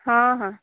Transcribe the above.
ହଁ ହଁ